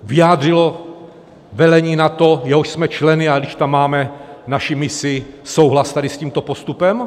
Vyjádřilo velení NATO, jehož jsme členy, když tam máme naši misi, souhlas s tímto postupem?